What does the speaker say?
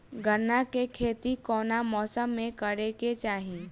गन्ना के खेती कौना मौसम में करेके चाही?